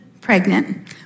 pregnant